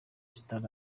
stade